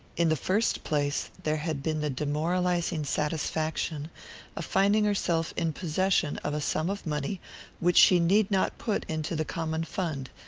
in the first place, there had been the demoralizing satisfaction of finding herself in possession of a sum of money which she need not put into the common fund,